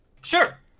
Sure